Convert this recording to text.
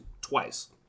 twice